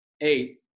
eight